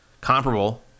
comparable